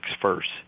first